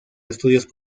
estudios